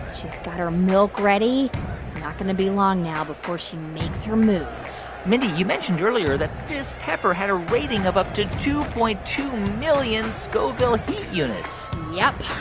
she's got her milk ready. it's not going to be long now before she makes her move mindy, you mentioned earlier that this pepper had a rating of up to two point two million scoville heat units yup.